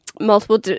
multiple